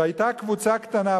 שהיתה קבוצה קטנה,